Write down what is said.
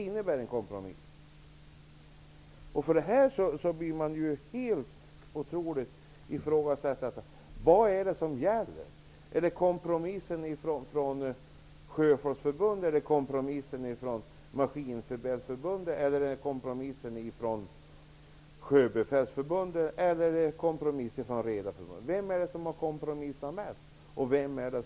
Jag undrar: Vilken kompromiss är det som gäller? Är det Svenska sjöfolksförbundets kompromiss, Sjöbefälsförbundets kompromiss eller Sveriges redarförenings kompromiss som gäller? Vem har kompromissat mest och gjort eftergifter?